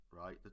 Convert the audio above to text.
Right